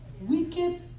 Wicked